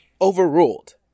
Overruled